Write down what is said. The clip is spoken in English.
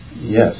Yes